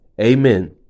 Amen